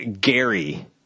Gary